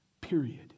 Period